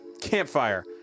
Campfire